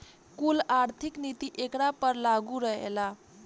कुल आर्थिक नीति एकरा पर लागू रहेला